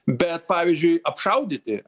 bet pavyzdžiui apšaudyti